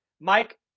Mike